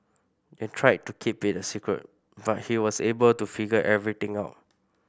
they tried to keep it a secret but he was able to figure everything out